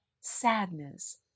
sadness